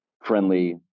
friendly